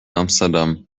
amsterdam